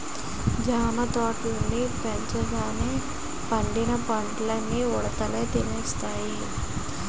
జామ తోటల్ని పెంచినంగానీ పండిన పల్లన్నీ ఉడతలే తినేస్తున్నాయి